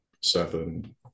seven